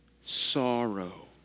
Sorrow